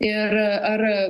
ir ar